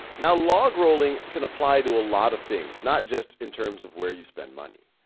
now logrolling can apply to a lot of things, not just in terms of where you spend money.